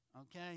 okay